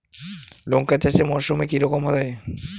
লঙ্কা চাষ এই মরসুমে কি রকম হয়?